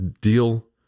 deal